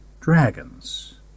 dragons